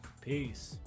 peace